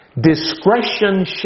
discretion